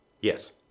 Yes